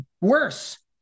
Worse